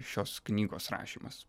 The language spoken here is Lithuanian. šios knygos rašymas